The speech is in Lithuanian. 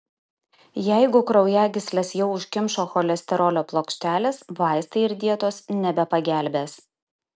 jeigu kraujagysles jau užkimšo cholesterolio plokštelės vaistai ir dietos nebepagelbės